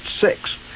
six